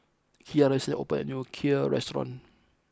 Kira recently opened a new Kheer restaurant